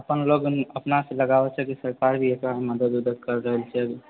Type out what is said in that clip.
अपन लोक अपनेसँ लगाबए छी कि सरकार भी मदद वदद करि रहल छै